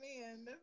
man